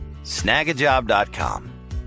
Snagajob.com